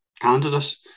candidate